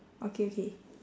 okay okay